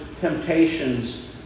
temptations